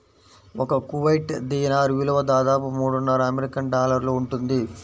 ఒక కువైట్ దీనార్ విలువ దాదాపు మూడున్నర అమెరికన్ డాలర్లు ఉంటుంది